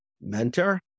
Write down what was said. mentor